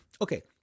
Okay